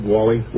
Wally